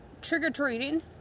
trick-or-treating